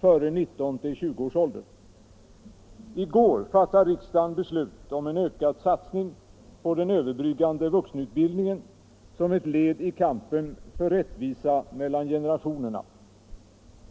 före 19-20 års ålder. I går fattade riksdagen beslut om en ökad satsning på den överbryggande vuxenutbildningen som ett led i kampen för rättvisa mellan generationerna.